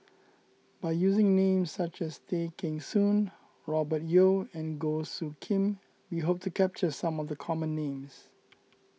by using names such as Tay Kheng Soon Robert Yeo and Goh Soo Khim we hope to capture some of the common names